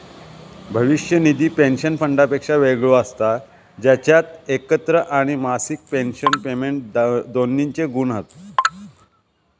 भविष्य निधी पेंशन फंडापेक्षा वेगळो असता जेच्यात एकत्र आणि मासिक पेंशन पेमेंट दोन्हिंचे गुण हत